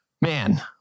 man